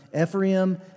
Ephraim